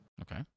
Okay